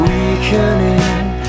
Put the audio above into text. Weakening